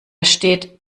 steht